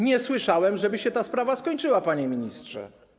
Nie słyszałem, żeby ta sprawa się skończyła, panie ministrze.